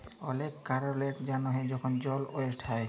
অলেক কারলের জ্যনহে যখল জল ওয়েস্ট হ্যয়